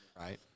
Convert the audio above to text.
Right